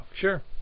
Sure